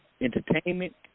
entertainment